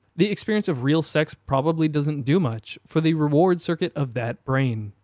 the experience of real sex probably doesn't do much for the reward circuit of that brain.